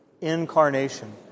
incarnation